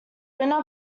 winner